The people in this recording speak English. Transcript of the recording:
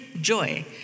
joy